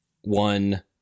one